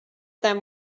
them